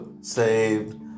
saved